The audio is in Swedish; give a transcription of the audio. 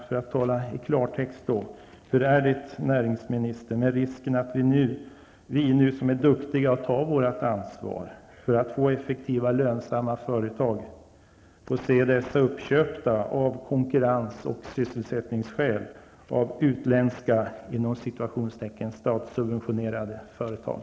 Låt mig tala i klartext. Hur stor är risken, näringsministern, för att vi som nu är duktiga och tar vårt ansvar för att få effektiva och lönsamma företag, av konkurrens och sysselsättningsskäl får se dessa uppköpta av utländska ''statssubventionerade'' företag?